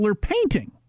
painting